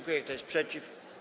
Kto jest przeciw?